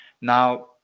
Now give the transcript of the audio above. now